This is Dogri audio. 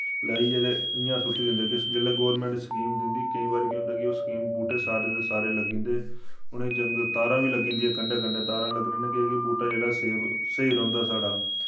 लाइयै ते इ'यां सुट्टी दिंदे किश जिसलै गोरमैंट स्कीम दिन्दी केई बारी केह् होंदा कि ओह् स्कीम बूह्टे सारे दे सारे लग्गी जंदे उ'नें जंगल तारां बी लग्गी जांदियां कंढै कंढै तारां लग्गने नै केह् ऐ कि बूह्टा जेह्ड़ा सेफ स्हेई रोह्नदा साढ़ा